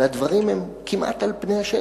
והדברים הם כמעט על פני השטח.